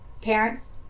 parents